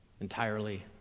entirely